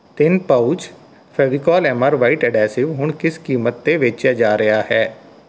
ਤਿੰਨ pouch Fevicol M R white adhesive ਹੁਣ ਕਿਸ ਕੀਮਤ 'ਤੇ ਵੇਚਿਆ ਜਾ ਰਿਹਾ ਹੈ